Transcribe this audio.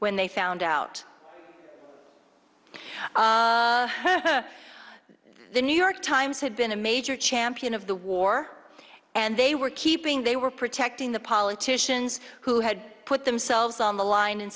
when they found out the new york times had been a major champion of the war and they were keeping they were protecting the politicians who had put themselves on the line in